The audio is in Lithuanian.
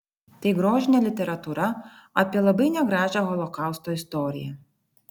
tai grožinė literatūra apie labai negražią holokausto istoriją